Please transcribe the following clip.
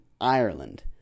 Ireland